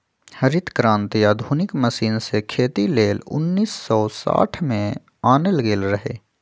हरित क्रांति आधुनिक मशीन से खेती लेल उन्नीस सौ साठ में आनल गेल रहै